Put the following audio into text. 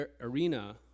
arena